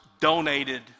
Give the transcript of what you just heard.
donated